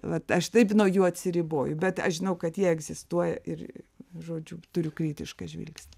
vat aš taip nuo jų atsiriboju bet aš žinau kad jie egzistuoja ir žodžiu turiu kritišką žvilgsnį